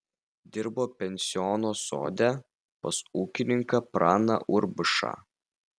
dirbo pensiono sode pas ūkininką praną urbšą